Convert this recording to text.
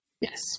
Yes